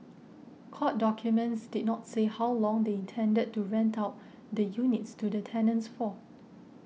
court documents did not say how long they intended to rent out the units to the tenants for